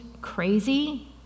crazy